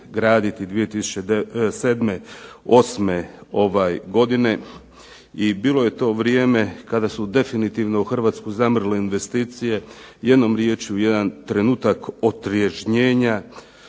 graditi 2007., 2008. godine i bilo je to vrijeme kada su definitivno u Hrvatskoj zamrle investicije. Jednom rječju, jedan trenutak otrježnjenja,